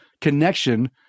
connection